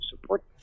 support